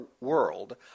world